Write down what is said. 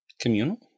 communal